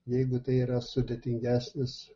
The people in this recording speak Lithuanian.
jeigu tai yra sudėtingesnis